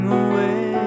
away